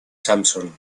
samson